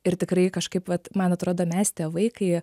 ir tikrai kažkaip vat man atrodo mes tėvai kai